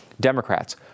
Democrats